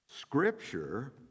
Scripture